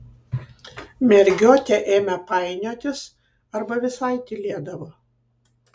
mergiotė ėmė painiotis arba visai tylėdavo